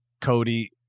Cody